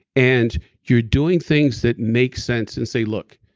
and you're doing things that make sense and say, look.